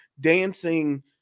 dancing